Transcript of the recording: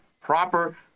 proper